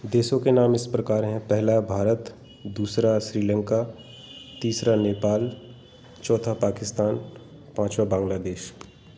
देशों के नाम इस प्रकार हैं पहला भारत दूसरा श्रीलंका तीसरा नेपाल चौथा पाकिस्तान पाँचवाँ बांग्लादेश